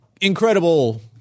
incredible